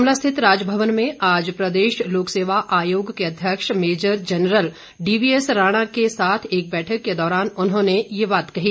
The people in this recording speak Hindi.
शिमला स्थित राजभवन में आज प्रदेश लोकसेवा आयोग के अध्यक्ष मेजर जनरल डीवीएस राणा के साथ एक बैठक के दौरान उन्होंने ये बात कही